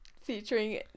Featuring